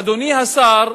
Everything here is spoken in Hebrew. אדוני השר,